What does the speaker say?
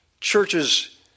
Churches